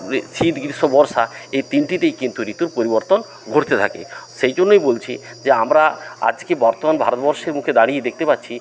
যে শীত গ্রীষ্ম বর্ষা এই তিনটিতেই কিন্তু ঋতুর পরিবর্তন ঘটতে থাকে সেই জন্যই বলছি যে আমরা আজকে বর্তমান ভারতবর্ষের বুকে দাঁড়িয়ে দেখতে পাচ্ছি